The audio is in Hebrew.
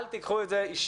אל תיקחו את זה אישית,